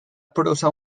prosa